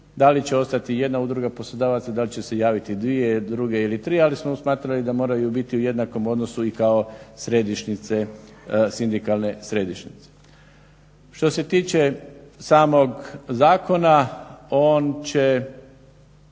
Da li će ostati jedna udruga poslodavaca, da li će se javiti dvije druge ili tri ali smo smatrali da moraju biti u jednakom odnosu i kao sindikalne središnjice. Što se tiče samog zakona, on će